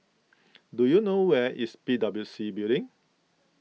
do you know where is P W C Building